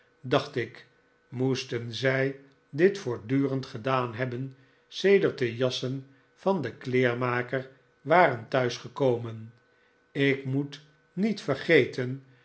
dacht ik moesten zij dit voortdurend gedaan hebben sedert de jassen van den kleermaker waren thuis gekomen ik moet niet vergeten